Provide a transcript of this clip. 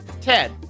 Ted